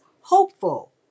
hopeful